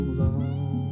long